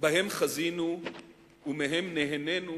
שבהם חזינו ומהם נהנינו